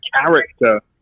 character